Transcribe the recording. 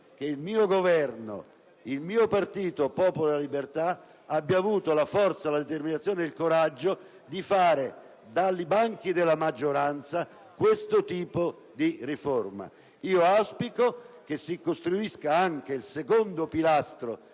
che il mio Governo, il Partito del Popolo della libertà, cui aderisco, abbia avuto la forza, la determinazione e il coraggio di fare dai banchi della maggioranza questo tipo di riforme. Io auspico che si costruisca anche il secondo pilastro